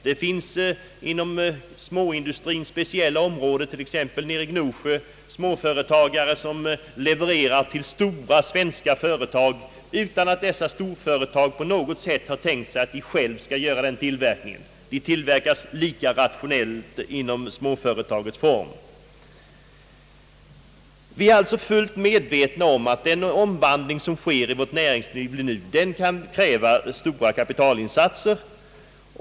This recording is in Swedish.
Det finns inom speciella områden, t.ex. i Gnosjö, småföretagare som levererar till stora svenska företag utan att dessa storföretag någonsin har tänkt sig att själva ta upp den tillverkningen. Ifrågavarande produkter tillverkas lika rationellt i småföretagets form. Vi är alltså fullt medvetna om att den omvandling som nu sker i vårt näringsliv kan kräva stora kapitalinsatser.